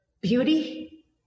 beauty